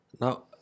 Now